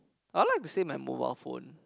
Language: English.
I might to say my mobile phone